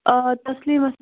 آ تسلیٖما